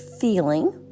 feeling